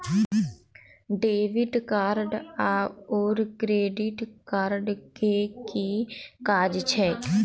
Debit card आओर credit card केँ की काज छैक?